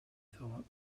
thought